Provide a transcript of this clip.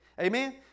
Amen